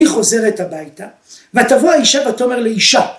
‫היא חוזרת הביתה. ״ותבוא האשה ותאמר לאישה״